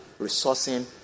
resourcing